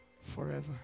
forever